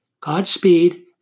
Godspeed